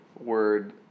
word